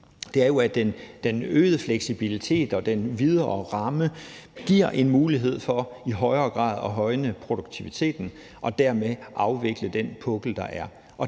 side, er jo, at den øgede fleksibilitet og den videre ramme giver en mulighed for i højere grad at højne produktiviteten og dermed afvikle den pukkel, der er.